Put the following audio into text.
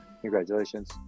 Congratulations